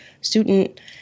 student